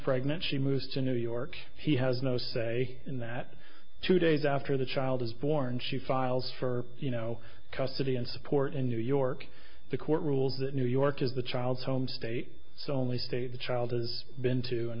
pregnant she moves to new york he has no say in that two days after the child is born she files for you know custody and support in new york the court rules that new york is the child's home state so only state the child has been to and